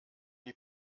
die